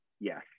Yes